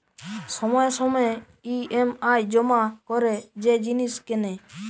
সময়ে সময়ে ই.এম.আই জমা করে যে জিনিস কেনে